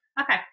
Okay